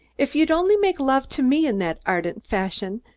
if you'd only make love to me in that ardent fashion,